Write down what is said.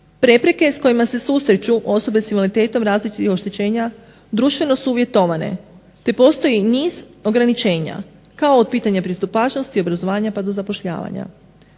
Prepreke s kojima se susreću osobe sa invaliditetom različitih oštećenja društveno su uvjetovane, te postoji niz ograničenja kao od pitanja pristupačnosti, obrazovanja pa do zapošljavanja.